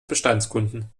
bestandskunden